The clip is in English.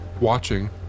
watching